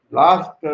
last